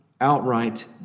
outright